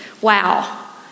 wow